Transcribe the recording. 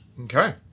Okay